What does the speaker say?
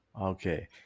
Okay